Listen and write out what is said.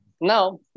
Now